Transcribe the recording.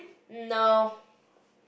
no